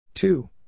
Two